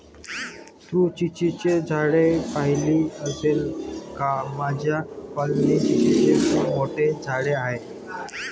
तू चिंचेची झाडे पाहिली आहेस का माझ्या कॉलनीत चिंचेचे खूप मोठे झाड आहे